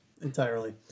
entirely